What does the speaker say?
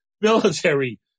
military